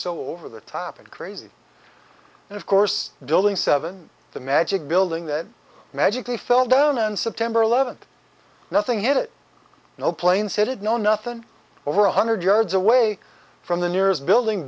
so over the top and crazy and of course building seven the magic building that magically fell down and september eleventh nothing hit it no planes hit it no nothing over one hundred yards away from the nearest building